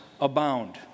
abound